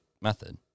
method